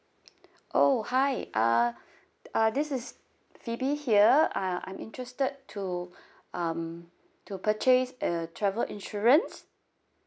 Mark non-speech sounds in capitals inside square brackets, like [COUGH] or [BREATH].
oh hi uh uh this is phoebe here uh I'm interested to [BREATH] um to purchase a travel insurance